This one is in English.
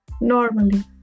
normally